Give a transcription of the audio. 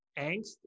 angst